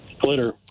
glitter